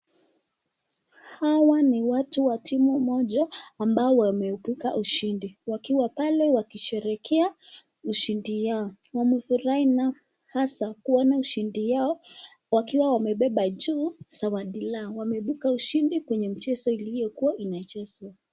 Hawa ni watu wa timu moja ambao wamepata ushindi pale wakisherekea ushindi yao, kufurai hasa kuona ushindi yao, wakiwa wamebeba juu zawadi yao, wameshinda ushindi kwenye mchezo ambao walikuwa wameshinda.